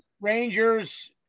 Rangers